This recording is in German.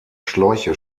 schläuche